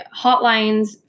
hotlines